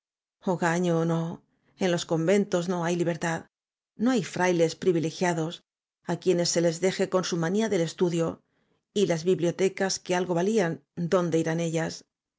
hogaño no en los conventos no hay libertad no hay frailes privilegiados á quienes se les deje con su manía del estudio y las bibliotecas que algo valían dónde irán ellas